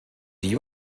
you